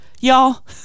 Y'all